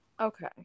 Okay